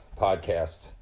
podcast